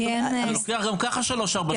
זה לוקח גם כך שלוש ארבע שנים.